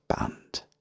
band